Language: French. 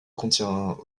contient